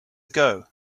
ago